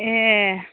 ए